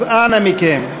אז אנא מכם,